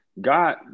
God